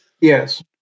Yes